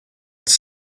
its